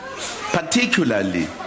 particularly